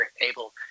able